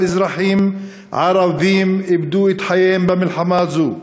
אזרחים ערבים איבדו את חייהם במלחמה הזאת,